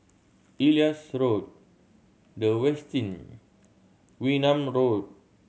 Elias Road The Westin Wee Nam Road